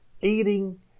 eating